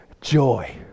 joy